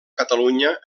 catalunya